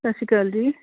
ਸਤਿ ਸ਼੍ਰੀ ਅਕਾਲ ਜੀ